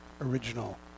original